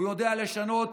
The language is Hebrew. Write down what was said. הוא יודע לשנות